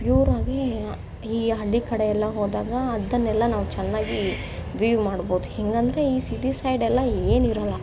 ಪ್ಯೂರಾಗಿ ಈ ಹಳ್ಳಿ ಕಡೆಯೆಲ್ಲ ಹೋದಾಗ ಅದನ್ನೆಲ್ಲ ನಾವು ಚೆನ್ನಾಗಿ ವ್ಯೂವ್ ಮಾಡ್ಬೋದು ಹೆಂಗಂದರೆ ಈ ಸಿಟಿ ಸೈಡೆಲ್ಲ ಏನಿರಲ್ಲ